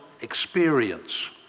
experience